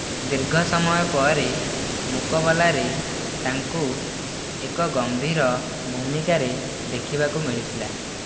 ଦୀର୍ଘ ସମୟ ପରେ ମୁକାବିଲାରେ ତାଙ୍କୁ ଏକ ଗମ୍ଭୀର ଭୂମିକା ରେ ଦେଖିବାକୁ ମିଳିଥିଲା